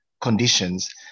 conditions